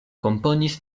komponis